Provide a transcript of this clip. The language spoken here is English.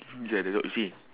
look at the dog you see